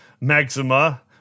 Maxima